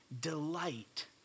delight